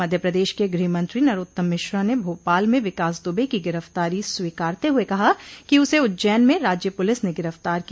मध्य प्रदेश के गृह मंत्री नरोत्तम मिश्रा ने भोपाल में विकास दुबे की गिरफ्तारी स्वीकारते हुए कहा कि उसे उज्जैन में राज्य पुलिस ने गिरफ्तार किया